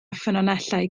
ffynonellau